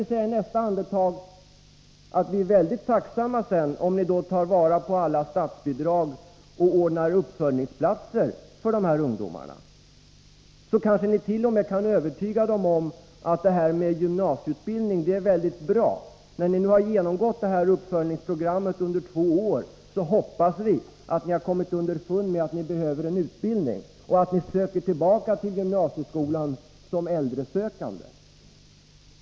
I nästa andetag säger länsskolnämnderna: Vi är mycket tacksamma om kommunerna tar vara på alla statsbidrag och ordnar uppföljningsplatser för de ungdomar det gäller — då kanske vit.o.m. kan övertyga ungdomarna om att gymnasieutbildning är mycket bra. När ungdomarna har genomgått uppföljningsprogrammet under två år hoppas vi att de har kommit underfund med att de behöver en utbildning och att de anmäler sig till gymnasieskolan igen som äldresökande.